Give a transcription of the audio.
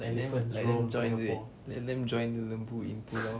and then and then join the let them join lembu in pulau